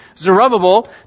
Zerubbabel